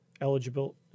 eligible